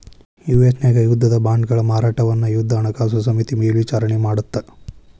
US ನ್ಯಾಗ ಯುದ್ಧದ ಬಾಂಡ್ಗಳ ಮಾರಾಟವನ್ನ ಯುದ್ಧ ಹಣಕಾಸು ಸಮಿತಿ ಮೇಲ್ವಿಚಾರಣಿ ಮಾಡತ್ತ